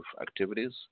activities